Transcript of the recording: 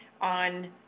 on